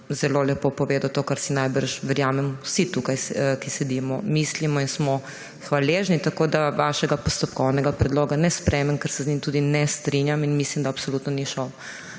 zelo lepo povedal to, kar si najbrž, verjamem, vsi tukaj, ki sedimo, mislimo in smo hvaležni. Tako da vašega postopkovnega ne sprejmem, ker se z njim tudi ne strinjam in mislim, da absolutno ni šel